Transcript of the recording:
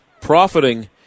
profiting